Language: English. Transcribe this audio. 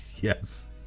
Yes